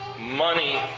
money